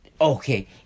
Okay